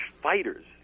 fighters